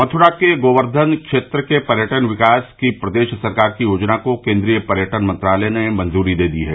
मथुरा के गोर्क्धन क्षेत्र के पर्यटन विकास की प्रदेश सरकार की योजना को केन्द्रीय पर्यटन मंत्रालय ने मंजूरी दे दी है